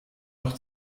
noch